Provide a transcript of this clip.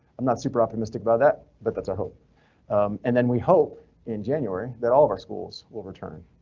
i'm not super optimistic about that, but that's our hope and then we hope in january that all of our schools will return.